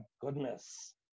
goodness